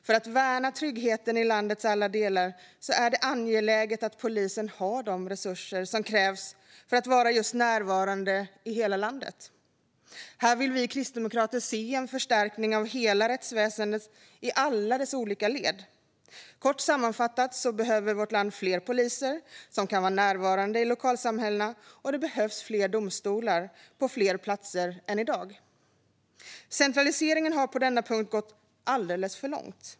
För att värna tryggheten i landets alla delar är det angeläget att polisen har de resurser som krävs för att kunna vara närvarande i hela landet. Kristdemokraterna vill därför se en förstärkning av rättsväsendet i alla led. Kort sammanfattat behöver vårt land fler poliser som kan vara närvarande i lokalsamhällen, och det behövs domstolar på fler platser än i dag. Centraliseringen har på denna punkt gått alldeles för långt.